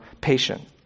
patient